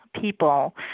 people